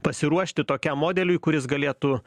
pasiruošti tokiam modeliui kuris galėtų